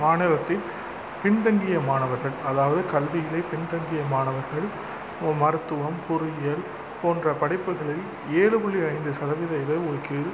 மாநிலத்தில் பின் தங்கிய மாணவர்கள் அதாவது கல்வியிலே பின்தங்கிய மாணவர்கள் மருத்துவம் பொறியியல் போன்ற படிப்புகளில் ஏழு புள்ளி ஐந்து சதவீத இட ஒதுக்கீடு